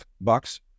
box